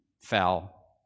fell